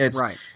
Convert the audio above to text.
Right